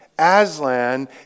Aslan